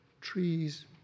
trees